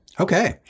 Okay